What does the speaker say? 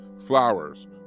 flowers